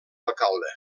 alcalde